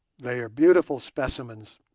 they are beautiful specimens,